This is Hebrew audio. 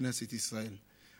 בכנסת ישראל.